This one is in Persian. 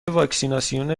واکسیناسیون